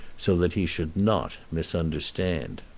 so that he should not misunderstand.